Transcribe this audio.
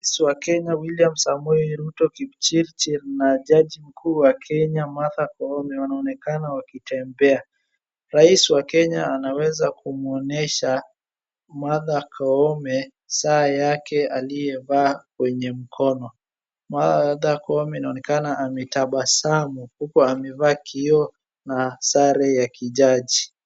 Rais wa Kenya William Samoe Ruto Kipchirchir na jaji mkuu wa Kenya Martha Koome wanaonekana wakitembea. Rais wa Kenya anaweza kumwonyesha Martha Koome saa yake aliyovaa kwenye mkono. Martha Koome inaonekana ametabasamu huku amevaa kioo na sare ya kijaji.